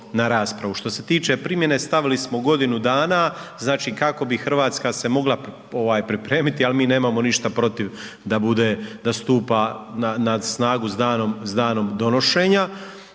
Što se tiče primjene stavili smo godinu dana, znači kako bi Hrvatska se mogla ovaj pripremiti, ali mi nemamo ništa protiv da bude, da stupa na snagu s danom donošenja,